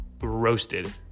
roasted